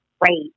great